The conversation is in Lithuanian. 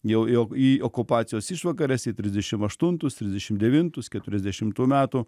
jau jog į okupacijos išvakares į trisdešim aštuntus trisdešim devintus keturiasdešimtų metų